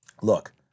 Look